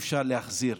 אי-אפשר להחזיר,